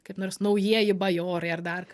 kaip nors naujieji bajorai ar dar